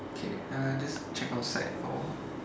okay uh just check outside for a while